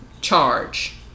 charge